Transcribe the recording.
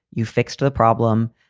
you fix to the problem.